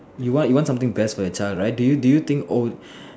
you want you want something best for your child right do you do you think old